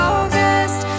August